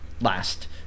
last